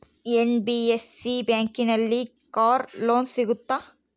NBFC ಬ್ಯಾಂಕಿನಲ್ಲಿ car loan ಸಿಗುತ್ತಾ?